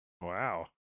wow